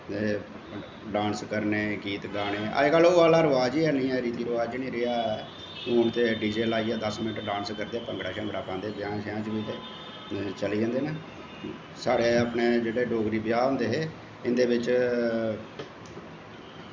ते डांस करने गीत गाने अज्ज कल ओह् आहला रवाज़ गै रीति रवाज गै निं रेहा हून ते डी जे लाइयै दस मिंट्ट डांस करदे भंगड़ा शंगड़ा पांदे ब्याहें श्याहें च बी ते चली जंदे न साढ़ै अपने जेह्ड़े डोगरी ब्याह् होंदे हे इं'दे बिच्च